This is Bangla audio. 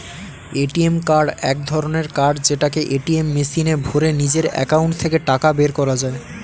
এ.টি.এম কার্ড এক ধরণের কার্ড যেটাকে এটিএম মেশিনে ভরে নিজের একাউন্ট থেকে টাকা বের করা যায়